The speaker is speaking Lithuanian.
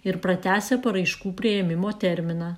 ir pratęsia paraiškų priėmimo terminą